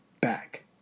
back